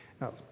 Now